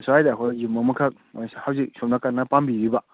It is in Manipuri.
ꯁ꯭ꯋꯥꯏꯗ ꯑꯩꯈꯣꯏ ꯌꯨꯝ ꯑꯃꯈꯛ ꯍꯧꯖꯤꯛ ꯁꯣꯝꯅ ꯀꯟꯅ ꯄꯥꯝꯕꯤꯔꯤꯕ